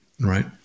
right